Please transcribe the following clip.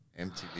MTV